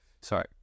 Sorry